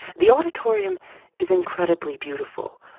the auditorium is incredibly beautiful,